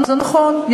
זה נכון,